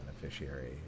beneficiary